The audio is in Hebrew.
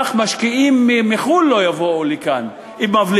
משקיעים מחו"ל לא יבואו לכאן אם מצהירים את זה,